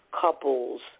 couples